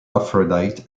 aphrodite